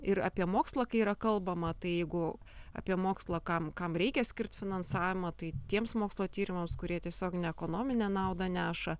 ir apie mokslą kai yra kalbama tai jeigu apie mokslą kam kam reikia skirt finansavimą tai tiems mokslo tyrimams kurie tiesioginę ekonominę naudą neša